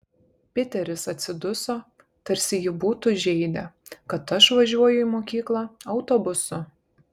piteris atsiduso tarsi jį būtų žeidę kad aš važiuoju į mokyklą autobusu